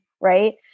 right